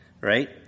right